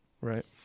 right